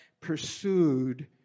pursued